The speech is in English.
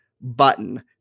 button